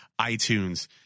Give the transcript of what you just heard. iTunes